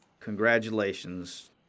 Congratulations